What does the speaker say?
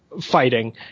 fighting